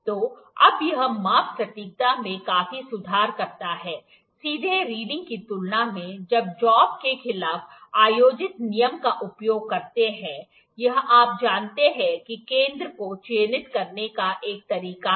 तो अब यह माप सटीकता में काफी सुधार करता है सीधे रीडिंग की तुलना में जब जॉब के खिलाफ आयोजित नियम का उपयोग करते है यह आप जानते हैं कि केंद्र को चिह्नित करने का एक तरीका है